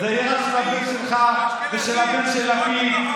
זה יהיה רק של הבן שלך ושל הבן של לפיד,